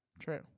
True